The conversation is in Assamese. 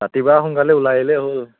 ৰাতিপুৱা সোনকালে ওলাই আহিলেই হ'ল